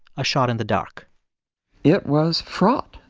a shot in the dark it was fraught.